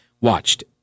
watched